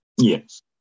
Yes